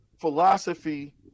philosophy –